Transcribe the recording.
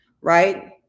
right